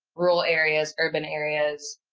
rural areas, urban areas,